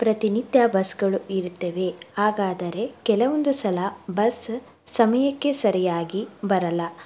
ಪ್ರತಿನಿತ್ಯ ಬಸ್ಗಳು ಇರುತ್ತವೆ ಹಾಗಾದರೆ ಕೆಲವೊಂದು ಸಲ ಬಸ್ ಸಮಯಕ್ಕೆ ಸರಿಯಾಗಿ ಬರಲ್ಲ